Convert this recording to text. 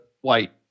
white